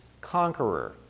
conqueror